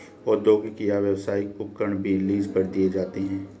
औद्योगिक या व्यावसायिक उपकरण भी लीज पर दिए जाते है